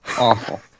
Awful